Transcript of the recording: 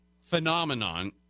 phenomenon